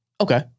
Okay